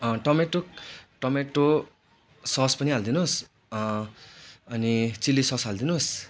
tomato tomato sauce पनि हालिदिनुहोस् अनि चिल्ली सस हालिदिनुहोस्